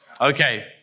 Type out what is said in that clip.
Okay